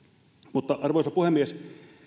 mutta arvoisa puhemies